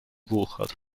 wuchert